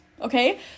okay